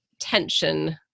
tension